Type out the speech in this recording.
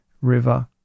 river